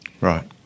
Right